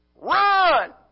Run